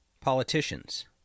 politicians